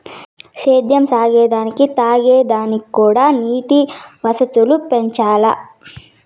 సేద్యం సాగే దానికి తాగే దానిక్కూడా నీటి వసతులు పెంచాల్ల